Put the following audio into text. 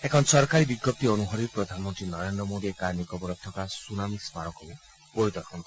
এখন চৰকাৰী বিজ্ঞপ্তি অনুসৰি প্ৰধানমন্ত্ৰী মোডীয়ে কাৰ নিকোবৰত থকা ছুনামি স্মাৰকো পৰিদৰ্শন কৰিব